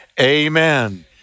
Amen